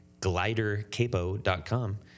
Glidercapo.com